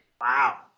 Wow